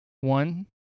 One